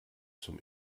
zum